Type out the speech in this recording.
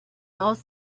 aus